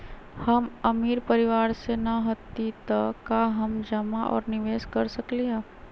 हम अमीर परिवार से न हती त का हम जमा और निवेस कर सकली ह?